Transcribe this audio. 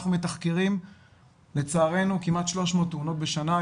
אנחנו מתחקרים לצערנו כמעט 300 תאונות בשנה,